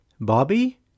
Bobby